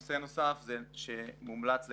נושא נוסף שמומלץ לגביו,